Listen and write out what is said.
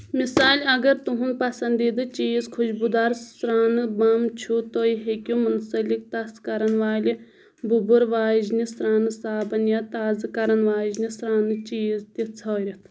مِثالہِ اگر تُہنٛد پسندیٖدٕ چیٖز خوشبوُدار سرٛانہٕ بم چھُ تُہۍ ہیٚكِو مُنصلق تس كرن وٲلہِ بُبر واجنہٕ سرٛانہٕ صابن یا تازٕ كرن واجنہِ سرانہٕ چیز تہِ ژھٲرِتھ